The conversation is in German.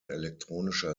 elektronischer